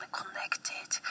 connected